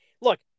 look